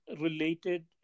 related